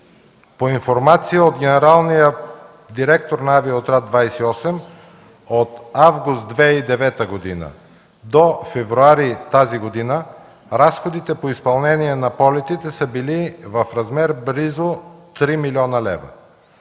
По информация от генералния директор на „Авиоотряд 28” от август 2009 г. до февруари тази година разходите по изпълнение на полетите са били в размер близо 3 млн. лв.